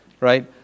right